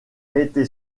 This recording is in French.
été